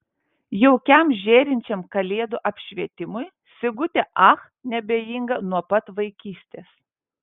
jaukiam žėrinčiam kalėdų apšvietimui sigutė ach neabejinga nuo pat vaikystės